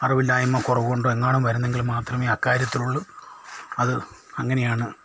അറിവിലായ്മക്കുറവുകൊണ്ടൊ എങ്ങാനും വരുന്നെങ്കിൽ മാത്രമേ ആ കാര്യത്തിലുള്ളു അത് അങ്ങനെയാണ്